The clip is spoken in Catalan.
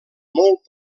molt